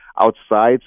outside